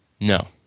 no